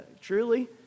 truly